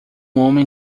homem